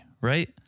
right